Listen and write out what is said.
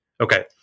Okay